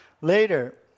Later